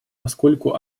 поскольку